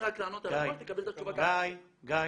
גיא,